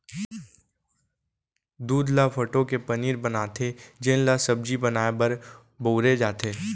दूद ल फटो के पनीर बनाथे जेन ल सब्जी बनाए बर बउरे जाथे